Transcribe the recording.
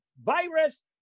virus